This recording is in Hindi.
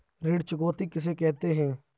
ऋण चुकौती किसे कहते हैं?